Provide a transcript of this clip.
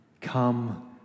come